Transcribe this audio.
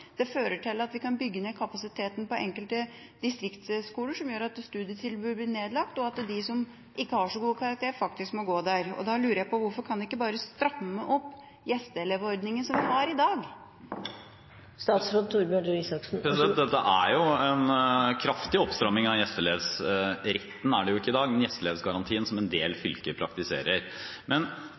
Det fører til at vi kan bygge ned kapasiteten på enkelte distriktsskoler, som gjør at studietilbud blir nedlagt, og at de som ikke har så gode karakterer, faktisk må gå der. Da lurer jeg på: Hvorfor kan vi ikke bare stramme opp den gjesteelevordningen som vi har i dag? Dette er jo en kraftig oppstramming av gjesteelevgarantien, som en del fylker praktiserer